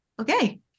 Okay